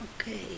okay